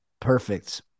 perfect